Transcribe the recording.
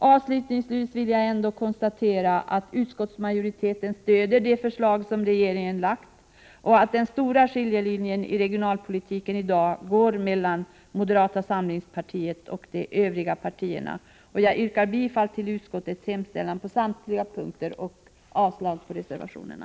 Avslutningsvis konstaterar jag att utskottsmajoriteten stöder de förslag som regeringen framlagt och att den stora skiljelinjen i regionalpolitik i dag går mellan moderata samlingspartiet och de övriga partierna. Jag yrkar bifall till utskottets hemställan på samtliga punkter och avslag på reservationerna.